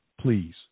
Please